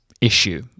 issue